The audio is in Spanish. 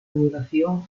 duración